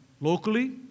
locally